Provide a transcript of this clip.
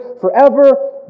forever